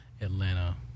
Atlanta